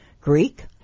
Greek